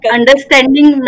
understanding